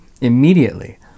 immediately